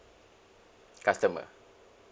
customer